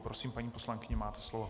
Prosím, paní poslankyně, máte slovo.